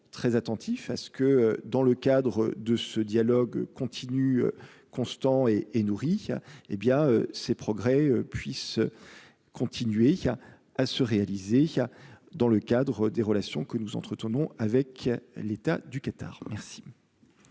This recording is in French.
très attentif à ce que dans le cadre de ce dialogue continu, constant et et nourri, hé bien ces progrès puissent continuer, il y a à se réaliser, il y a, dans le cadre des relations que nous entretenons avec l'État du Qatar merci.